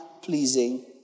pleasing